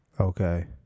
Okay